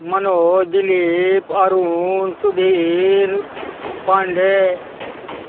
Manoj Dilip Arun Sudhir Pandey